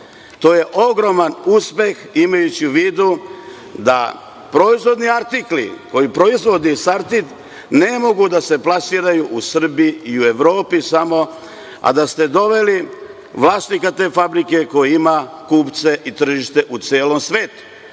To je ogroman uspeh, imajući u vidu da proizvodni artikli koje proizvodi „Sartid“ ne mogu da se plasiraju u Srbiji i u Evropi samo, a da ste doveli vlasnika te fabrike koji ima kupce i tržište u celom svetu.